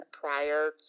prior